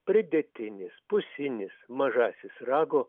pridėtinis pusinis mažasis rago